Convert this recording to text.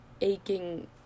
aching